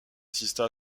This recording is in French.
assista